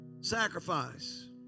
Sacrifice